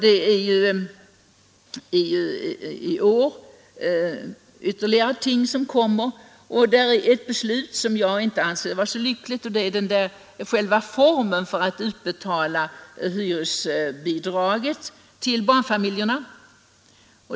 Ett av de förslag på området som vi skall fatta beslut om i år anser jag inte vara så lyckligt. Det gäller själva formen för utbetalningen av hyresbidraget till barnfamiljerna.